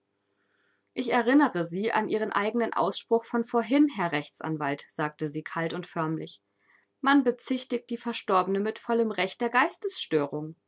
ich erinnere sie an ihren eigenen ausspruch von vorhin herr rechtsanwalt sagte sie kalt und förmlich man bezichtigt die verstorbene mit vollem recht der